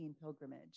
Pilgrimage